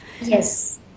yes